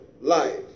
life